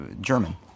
German